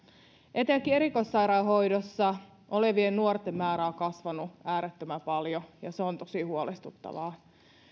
etenkin erikoissairaanhoidossa olevien nuorten määrä on kasvanut äärettömän paljon ja se on tosi huolestuttavaa